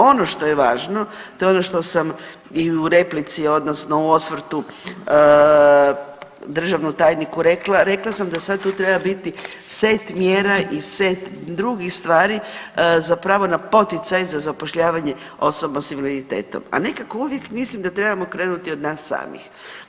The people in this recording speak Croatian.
Ono što je važno, to je ono što sam i u replici, odnosno u osvrtu državnom tajniku rekla, rekla sam da sad tu treba biti set mjera i set drugih stvari za pravo na poticaj za zapošljavanje osoba s invaliditetom, a nekako uvijek mislim da trebamo krenuti od nas samih.